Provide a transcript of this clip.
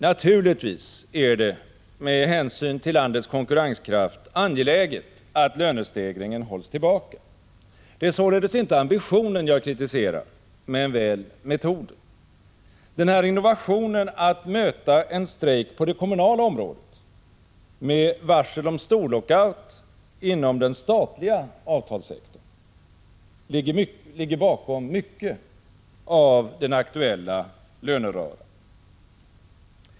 Naturligtvis är det med hänsyn till landets konkurrenskraft angeläget att lönestegringen hålls tillbaka. Det är således inte ambitionen jag kritiserar men väl metoden. Innovationen att möta en strejk på det kommunala området med varsel om storlockout inom den statliga avtalssektorn ligger bakom mycket av den aktuella löneröran.